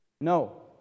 No